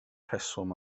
rheswm